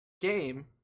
game